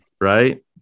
right